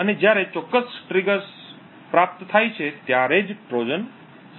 અને જ્યારે ચોક્કસ ટ્રિગર્સ પ્રાપ્ત થાય છે ત્યારે જ ટ્રોજન સક્રિય થાય છે